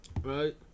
Right